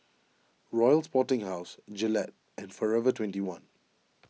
Royal Sporting House Gillette and forever twenty one